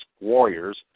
Warriors